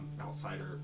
outsider